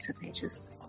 pages